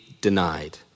denied